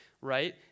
right